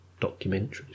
documentaries